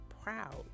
proud